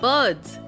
Birds